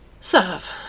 serve